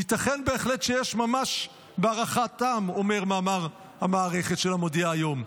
ייתכן בהחלט שיש ממש בהערכתם" אומר מאמר המערכת של המודיע היום,